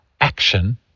action